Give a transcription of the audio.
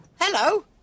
Hello